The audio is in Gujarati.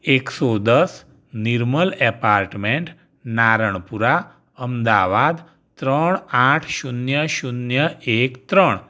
એકસો દસ નિર્મલ એપાર્ટમેન્ટ નારણપુરા અમદાવાદ ત્રણ આઠ શૂન્ય શૂન્ય એક ત્રણ